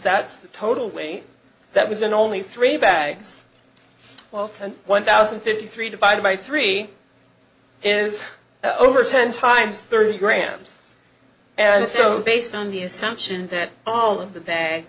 that's the total wing that was in only three bags well ted one thousand and fifty three divided by three is over ten times thirty grams and so based on the assumption that all of the ba